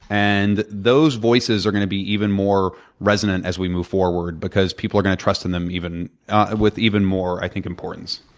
and those voices are going to be even more resonant as we move forward because people are going to trust in them ah with even more, i think, importance.